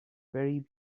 very